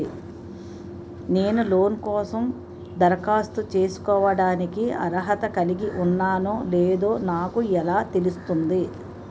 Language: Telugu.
నేను లోన్ కోసం దరఖాస్తు చేసుకోవడానికి అర్హత కలిగి ఉన్నానో లేదో నాకు ఎలా తెలుస్తుంది?